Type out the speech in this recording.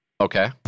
Okay